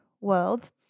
world